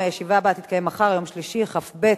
ואנחנו עוברים לתוצאות: בעד,